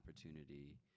opportunity